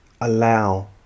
allow